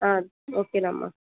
ఓకేనా అమ్మ